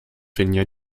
finja